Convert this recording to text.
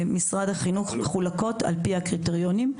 במשרד החינוך מחולקות על פי הקריטריונים,